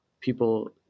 people